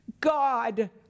God